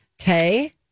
Okay